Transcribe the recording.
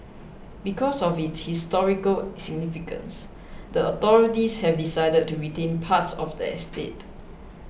because of its historical significance the authorities have decided to retain parts of the estate